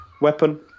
weapon